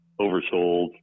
oversold